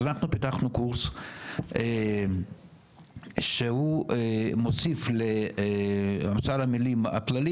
אז אנחנו פיתחנו קורס שהוא מוסיף לאוצר המילים הכללי,